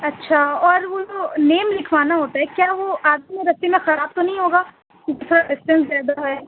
اچھا اور وہ نیم لکھوانا ہوتا ہے کیا وہ آگے میں رستے میں خراب تو نہیں ہوگا ڈسٹنس زیادہ ہے